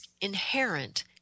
inherent